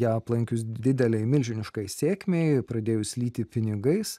ją aplankius didelei milžiniškai sėkmei pradėjus lyti pinigais